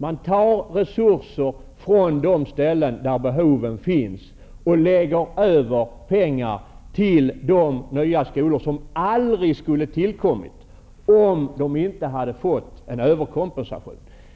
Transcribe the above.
Man tar resurser från de ställen där behoven finns och lägger över pengar till de nya skolor som aldrig skulle ha tillkommit om de inte hade fått en överkompensation.